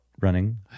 running